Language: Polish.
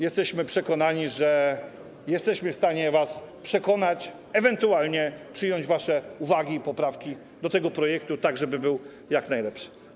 Jesteśmy przekonani, że jesteśmy w stanie was przekonać, ewentualnie przyjąć wasze uwagi i poprawki do tego projektu, żeby był on jak najlepszy.